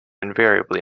invariably